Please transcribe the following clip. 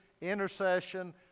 intercession